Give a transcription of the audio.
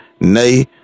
Nay